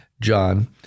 John